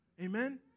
Amen